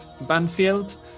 Banfield